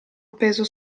appeso